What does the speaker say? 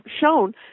shown